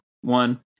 one